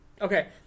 Okay